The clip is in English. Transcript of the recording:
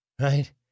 right